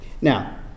Now